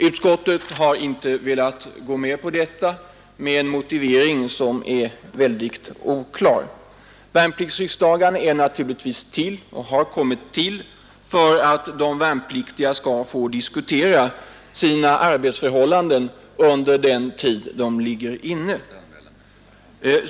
Utskottet har inte velat gå med på detta med en motivering som förefaller oklar. Värnpliktsriksdagarna har kommit till för att de värnpliktiga skall få diskutera sina arbetsförhållanden under den tid de ligger inne.